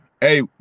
Hey